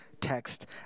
text